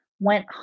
went